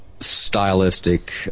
Stylistic